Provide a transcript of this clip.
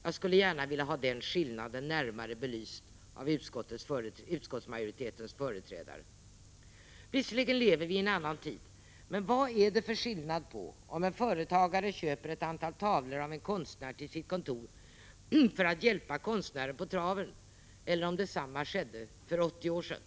Jag skulle gärna vilja ha den skillnaden närmare belyst av utskottsmajoritetens företrädare. Visserligen lever vi i en annan tid, men vad är det för skillnad på om en företagare köper ett antal tavlor av en konstnär till sitt kontor för att hjälpa konstnären på traven eller om detsamma skedde för 80 år sedan?